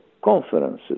Conferences